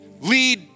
lead